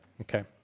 okay